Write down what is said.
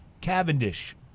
Cavendish